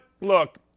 look